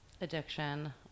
addiction